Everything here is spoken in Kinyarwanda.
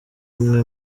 umwe